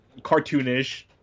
cartoonish